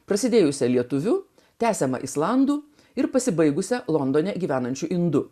prasidėjusi lietuvių tęsiama islandų ir pasibaigusią londone gyvenančių indų